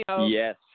Yes